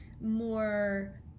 more